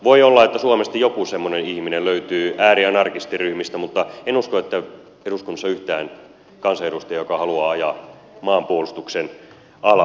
voi olla että suomesta joku semmoinen ihminen löytyy äärianarkistiryhmistä mutta en usko että eduskunnassa on yhtään kansanedustajaa joka haluaa ajaa maanpuolustuksen alas